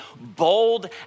bold